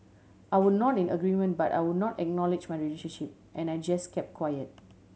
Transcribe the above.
I would nod in agreement but I would not acknowledge my relationship and I just kept quiet